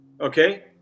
Okay